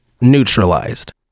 neutralized